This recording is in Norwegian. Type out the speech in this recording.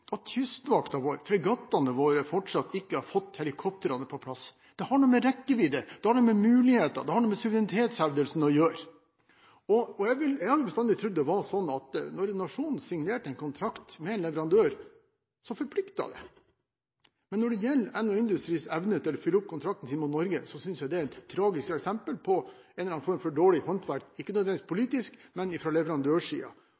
at Kystvakten vår, at fregattene våre, fortsatt ikke har fått helikoptrene på plass. Det har noe med rekkevidde, med muligheter, med suverenitetshevdelsen å gjøre. Jeg har bestandig trodd at det var slik at når en nasjon signerte en kontrakt med en leverandør, så forpliktet det, men når det gjelder NH Industries’ evne til følge opp kontrakten sin med Norge, er dette et tragisk eksempel på en eller annen form for dårlig håndverk – ikke nødvendigvis